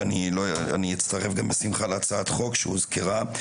ואני אצטרף בשמחה להצעת החוק שהוזכרה.